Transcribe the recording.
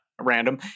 random